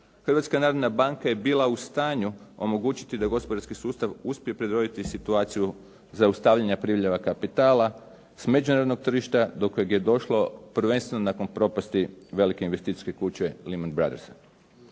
Hrvatska narodna banka je bila u stanju omogući da gospodarski sustav uspije prebroditi situaciju zaustavljanja priljeva kapitala s međunarodnog tržišta do kojeg je došlo prvenstveno nakon propasti velike investicijske kuće "Lehman brothersa".